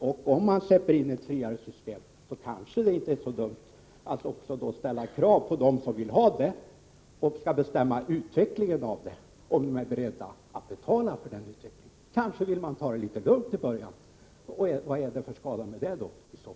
Och om man släpper in ett friare system, så kanske det inte är så dumt att också ställa krav på dem som vill ha det och skall bestämma utvecklingen av det, om de är beredda att betala för den utvecklingen. Man vill kanske ta det litet lugnt i början. Vad är det för skada med det i så fall?